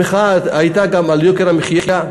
המחאה הייתה גם כן על יוקר המחיה,